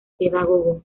pedagogo